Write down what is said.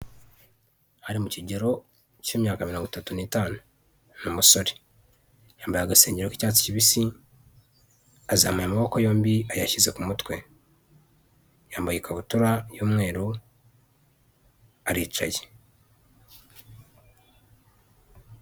Ari mu kigero cy'imyaka mirongo itatu n'itanu ni umusore, yambaye agasengeri k'icyatsi kibisi azamuye amaboko yombi ayashyize ku mutwe, yambaye ikabutura y'umweru aricaye.